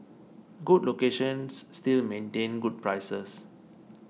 good locations still maintain good prices